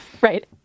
Right